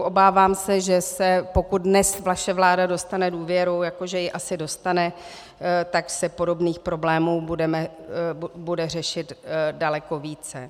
Obávám se, že pokud dnes vaše vláda dostane důvěru, jako že ji asi dostane, tak se podobných problémů bude řešit daleko více.